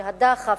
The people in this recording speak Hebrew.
שהדחף,